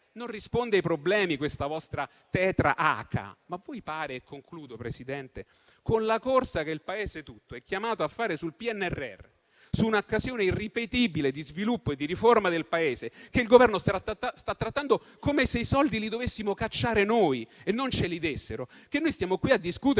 non risponde ai problemi questa vostra tetra *haka*. Signor Presidente, in conclusione, chiedo: ma con la corsa che il Paese tutto è chiamato a fare sul PNRR, su un'occasione irripetibile di sviluppo e di riforma del Paese, che il Governo sta trattando come se i soldi li dovessimo cacciare noi e non ce li dessero, vi pare che stiamo qui a discutere